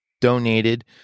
donated